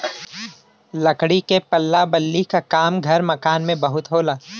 लकड़ी के पल्ला बल्ली क काम घर मकान में बहुत होला